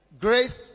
Grace